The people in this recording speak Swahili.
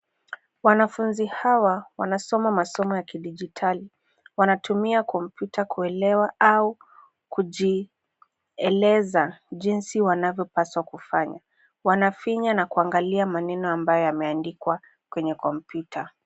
Wanafunzi hawa wanasoma masomo ya kidijitali. Wanatumia kompyuta kuelewa au kujieleza jinsi wanavyopaswa kufanya. Wanafinya na kuangalia maneno ambayo yameandikwa kwenye kompyuta.